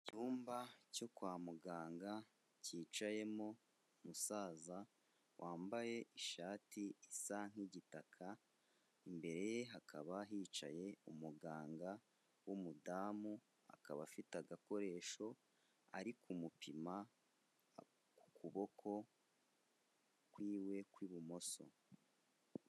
Icyumba cyo kwa muganga cyicayemo umusaza wambaye ishati isa nk'igitaka, imbere ye hakaba hicaye umuganga w'umudamu akaba afite agakoresho ari kumupima ukuboko kw'iwe kw'ibumoso